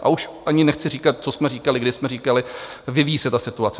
A už ani nechci říkat, co jsme říkali, když jsme říkali vyvíjí se ta situace.